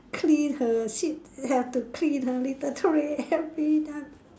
clean the shit have to clean the litter tray everytime